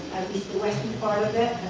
the western part of it